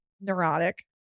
Neurotic